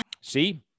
See